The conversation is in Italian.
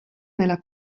nella